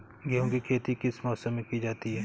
गेहूँ की खेती किस मौसम में की जाती है?